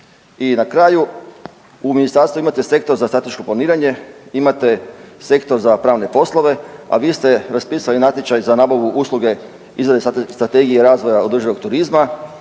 I na kraju, u ministarstvu imate Sektor za strateško planiranje, imate Sektor za pravne poslove, a vi ste raspisali natječaj za nabavu usluge izrade Strategije razvoja održivog turizma